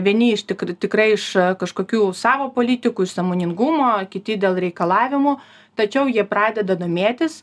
vieni iš tik tikrai iš kažkokių savo politikų iš sąmoningumo kiti dėl reikalavimų tačiau jie pradeda domėtis